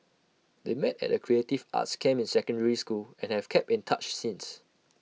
they met at A creative arts camp in secondary school and have kept in touch since